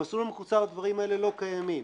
במסלול המקוצר הדברים האלה לא קיימים.